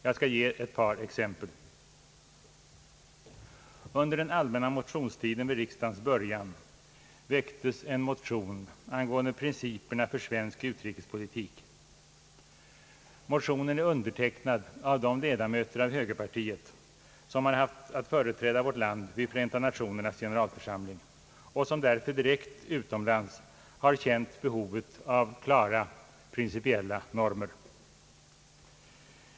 Jag skall ge ett par exempel. nad av de ledamöter av högerpartiet som haft att företräda vårt land vid Förenta Nationernas generalförsamling och som därför direkt utomlands har känt behovet av klara principiella normer.